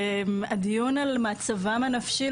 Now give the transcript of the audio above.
הדיון על מצבם הנפשי,